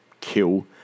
kill